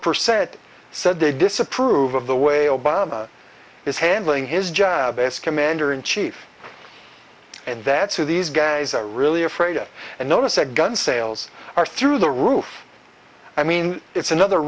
percent said they disapprove of the way obama is handling his job as commander in chief and that's who these guys are really afraid of and notice a gun sales are through the roof i mean it's another